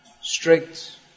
strict